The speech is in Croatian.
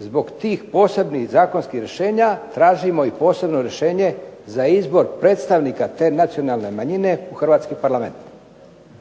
Zbog tih posebnih zakonskih rješenja tražimo i posebno rješenje za izbor predstavnika te nacionalne manjine u hrvatski Parlament.